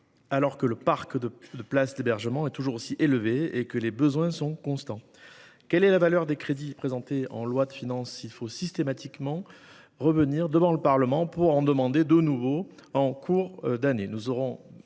alors que le parc de places d’hébergement est toujours aussi élevé et que les besoins sont constants ! Quelle est la valeur des crédits présentés en loi de finances s’il faut systématiquement revenir devant le Parlement pour en demander de nouveaux en cours d’année ?